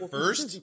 first